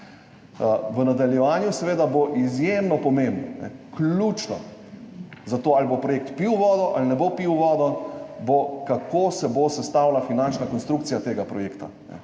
V nadaljevanju bo seveda izjemno pomembno, ključno za tok, ali bo projekt pil vodo ali ne bo pil vode, kako se bo sestavila finančna konstrukcija tega projekta,